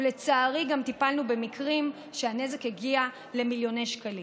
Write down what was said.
ולצערי גם טיפלנו במקרים שהנזק הגיע למיליוני שקלים.